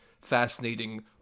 fascinating